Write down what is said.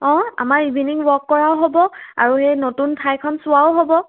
অঁ আমাৰ evening walk কৰাও হ'ব আৰু এই নতুন ঠাইখন চোৱাও হ'ব